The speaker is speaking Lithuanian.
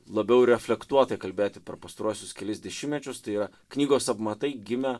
labiau reflektuotai kalbėti per pastaruosius kelis dešimtmečius tai yra knygos apmatai gimę